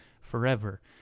forever